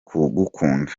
kugukunda